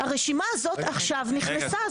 הרשימה הזאת נכנסה עכשיו.